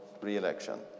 re-election